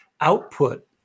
output